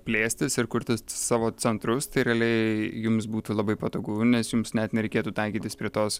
plėstis ir kurti savo centrus tai realiai jums būtų labai patogu nes jums net nereikėtų taikytis prie tos